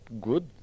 good